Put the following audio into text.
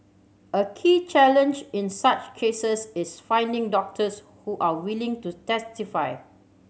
a key challenge in such cases is finding doctors who are willing to testify